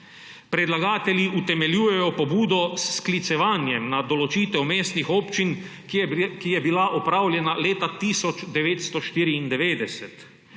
Predlagatelji utemeljujejo pobudo s sklicevanjem na določitev mestnih občin, ki je bila opravljena leta 1994.